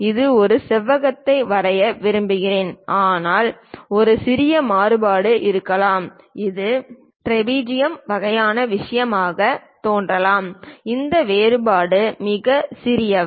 நான் ஒரு செவ்வகத்தை வரைய விரும்புகிறேன் ஆனால் ஒரு சிறிய மாறுபாடு இருக்கலாம் இது ட்ரெபீஜியம் வகையான விஷயமாகத் தோன்றலாம் இந்த வேறுபாடுகள் மிகச் சிறியவை